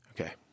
Okay